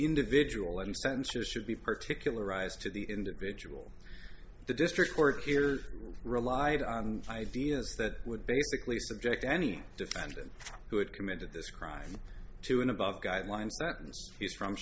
individual and sentences should be particularized to the individual the district court here relied on ideas that would basically subject any defendant who had committed this crime to an above guideline satins he's from